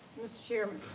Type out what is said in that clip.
mr. chairman.